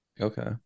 Okay